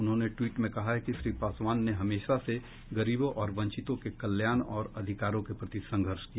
उन्होंने ट्वीट में कहा है कि श्री पासवान ने हमेशा से गरीबों और वंचितों के कल्याण और अधिकारों के प्रति संघर्ष किया